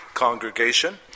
congregation